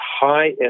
high